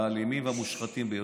האלימים והמושחתים ביותר.